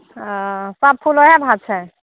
ऑंय सब फूल ओहए भाव छै